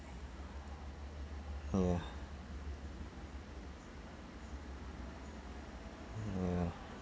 oh ya ya